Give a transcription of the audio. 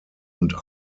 und